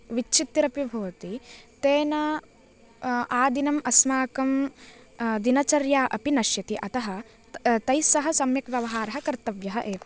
विच्छित्तिरपि भवति तेन आदिनम् अस्माकं दिनचर्या अपि नश्यति अतः तैः सह सम्यक् व्यवहारः कर्तव्यः एव